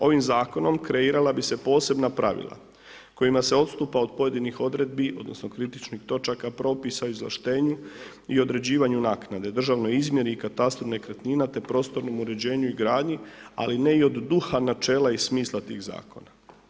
Ovim zakonom kreirala bi se posebna pravila kojima se odstupa od pojedinih odredbi, odnosno kritičnih točaka propisa o izvlaštenju i određivanju naknade, državnoj izmjeri i katastru nekretnina, te prostornom uređenju i gradnji ali ne i od duha načela i smisla tih zakona.